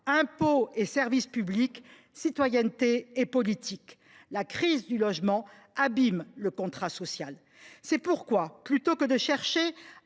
impôts et services publics, citoyenneté et politique. La crise du logement abîme le contrat social. Dans ce cadre, plutôt que de chercher